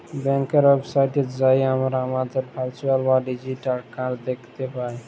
ব্যাংকের ওয়েবসাইটে যাঁয়ে আমরা আমাদের ভারচুয়াল বা ডিজিটাল কাড় দ্যাখতে পায়